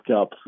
up